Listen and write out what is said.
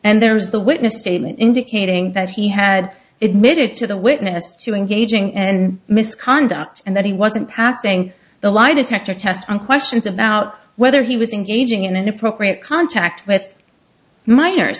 and there was the witness statement indicating that he had admitted to the witness to engaging and misconduct and that he wasn't passing the lie detector test on questions about whether he was engaging in inappropriate contact with minors